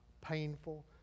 painful